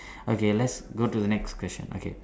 okay let's go to the next question okay